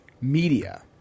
media –